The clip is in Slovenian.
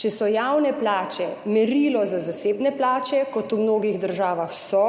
Če so javne plače merilo za zasebne plače, kot v mnogih državah so,